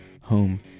home